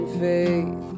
faith